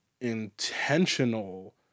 intentional